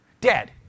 Dead